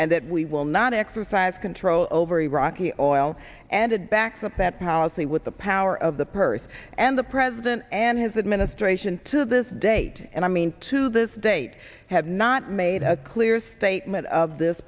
and that we will not exercise control over iraq he or al and it backs up that policy with the power of the purse and the president and his administration to this date and i mean to this date have not made a clear statement of this